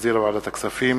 שהחזירה ועדת הכספים,